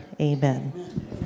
Amen